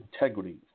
integrity